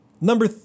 number